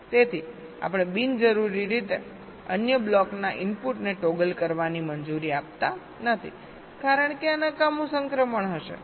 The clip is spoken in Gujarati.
તેથી આપણે બિનજરૂરી રીતે અન્ય બ્લોકના ઇનપુટને ટોગલ કરવાની મંજૂરી આપતા નથી કારણ કે આ નકામું સંક્રમણ હશે